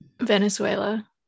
venezuela